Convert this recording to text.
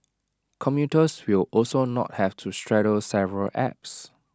commuters will also not have to straddle several apps